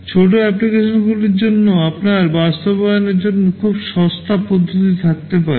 ছোট অ্যাপ্লিকেশনগুলির জন্য আপনার বাস্তবায়নের জন্য খুব সস্তা পদ্ধতি থাকতে পারে